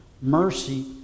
Mercy